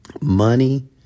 money